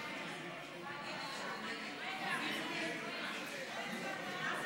חוק לתיקון פקודת ביטוח רכב מנועי (מס' 23),